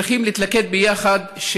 צריכים להתלכד ביחד,